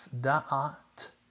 daat